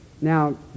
now